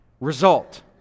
result